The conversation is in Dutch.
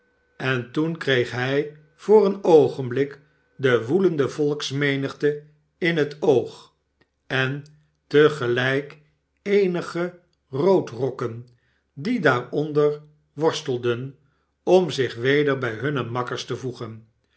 en toen kreeg hij voor een oogenblik de woelende volksraenigte in het oog en te gelijk eenige roodrokken die daaronder worstelden ora zich weder bij hunne makkers te voegen